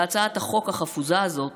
והצעת החוק החפוזה הזאת